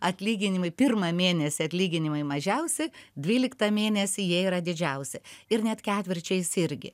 atlyginimai pirmą mėnesį atlyginimai mažiausi dvyliktą mėnesį jie yra didžiausi ir net ketvirčiais irgi